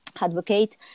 Advocate